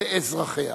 לאזרחיה.